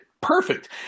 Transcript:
perfect